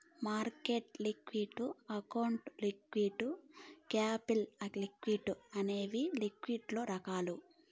market liquidity account liquidity capital liquidity అనేవి లిక్విడిటీలలో రకాలు